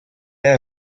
est